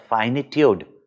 finitude